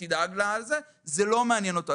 זה לא מעניין אותו.